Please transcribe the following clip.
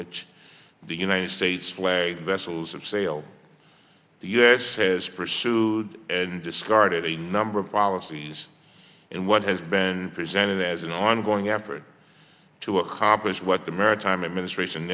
which the united states flag vessels have sailed the u s has pursued and discarded a number of policy and what has been presented as an ongoing effort to accomplish what the maritime administration